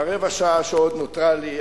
ברבע שעה שעוד נותרה לי,